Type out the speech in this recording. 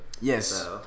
yes